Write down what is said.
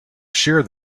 shear